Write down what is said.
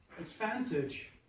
advantage